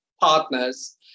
partners